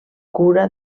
cura